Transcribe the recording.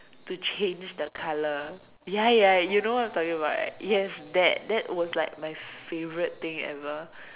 to change the colour ya ya you know what I'm talking about right yes that that was like my favourite thing ever